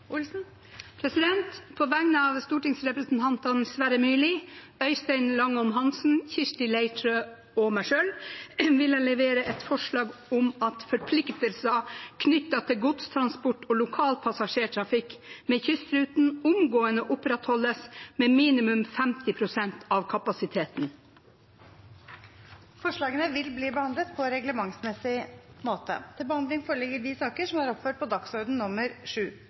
På vegne av stortingsrepresentantene Sverre Myrli, Øystein Langholm Hansen, Kirsti Leirtrø og meg selv vil jeg levere et forslag om at forpliktelser knyttet til godstransport og lokalpassasjertrafikk med kystruten omgående opprettholdes med minimum 50 pst. av kapasiteten. Forslagene vil bli behandlet på reglementsmessig måte.